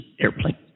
Airplane